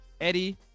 Eddie